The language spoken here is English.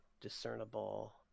discernible